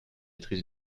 maîtrise